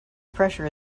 pressure